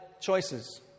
choices